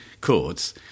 chords